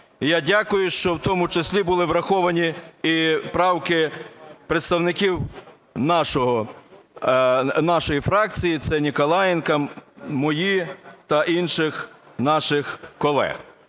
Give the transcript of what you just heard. я дякую, що в тому числі були враховані і правки представників нашої фракції. Це Ніколаєнка, мої та інших наших колег.